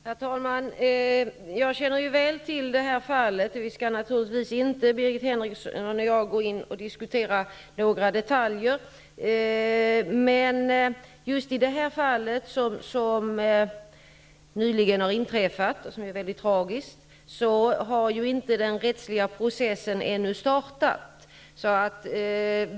Herr talman! Jag känner väl till detta fall. Birgit Henriksson och jag skall naturligtvis inte diskutera några detaljer. Just i detta fall, som nyligen har inträffat och är mycket tragiskt, har inte den rättsliga processen startat ännu.